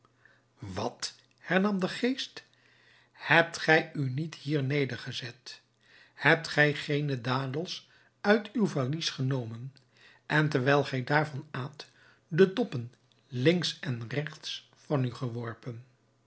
wat hernam de geest hebt gij u niet hier nedergezet hebt gij geene dadels uit uw valies genomen en terwijl gij daarvan aat de doppen links en regts van u geworpen